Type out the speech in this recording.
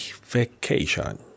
vacation